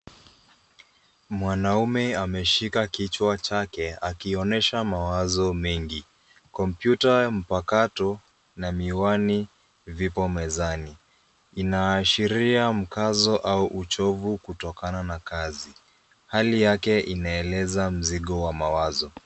Mwanaume ameshika kichwa chake, akionesha mawazo mengi. Kompyuta mpakato na miwani vipo mezani. Inaashiria mkazo au uchovu kutokana na kazi. Hali yake inaeleza mzigo wa mawazo.